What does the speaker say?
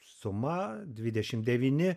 suma dvidešim devyni